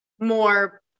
more